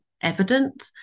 evident